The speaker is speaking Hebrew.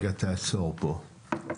תעצור פה.